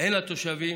לתושבים